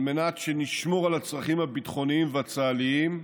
על מנת שנשמור על הצרכים הביטחוניים והצה"ליים,